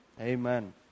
Amen